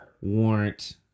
warrant